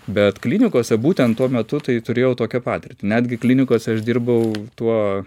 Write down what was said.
bet klinikose būtent tuo metu tai turėjau tokią patirtį netgi klinikose aš dirbau tuo